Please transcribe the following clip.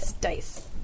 dice